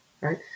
right